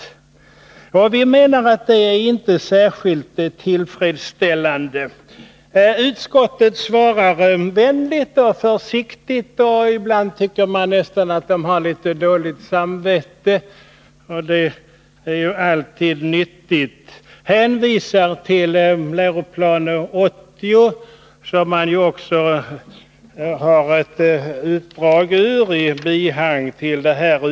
Vi motionärer menar att det inte är särskilt tillfredsställande. Utskottet svarar vänligt och försiktigt på motionerna och ibland, tycker jag, nästan som om man hade litet dåligt samvete, och det är ju alltid nyttigt. Man hänvisar till Lgr 80, ur vilken ett utdrag finns som bilaga till betänkandet.